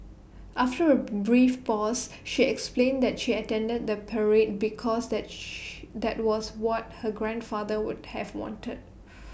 after A brief pause she explained that she attended the parade because that shh that was what her grandfather would have wanted